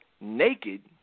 naked